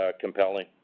compelling